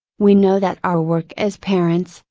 we know that our work as parents,